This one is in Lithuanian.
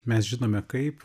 mes žinome kaip